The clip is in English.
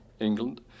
England